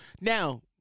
Now